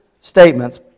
statements